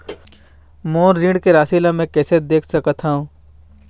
मोर ऋण के राशि ला म कैसे देख सकत हव?